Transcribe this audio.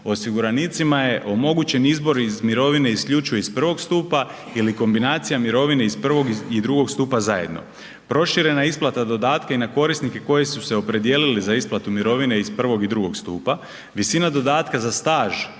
osiguranicima je omogućen izbor iz mirovine isključivo iz prvog stupa ili kombinacija mirovine iz prvog i drugog stupa zajedno. Proširena je isplata dodatka i na korisnike koji su se opredijelili za isplatu mirovine iz prvog i drugog stupa. Visina dodatka za staž